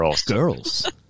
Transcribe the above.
Girls